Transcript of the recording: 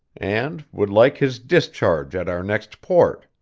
and would like his discharge at our next port.